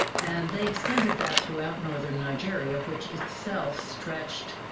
and they extended that throughout northern nigeria, which itself stretched,